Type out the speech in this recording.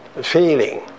feeling